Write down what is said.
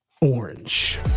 orange